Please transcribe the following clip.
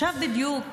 עכשיו בדיוק